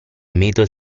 middle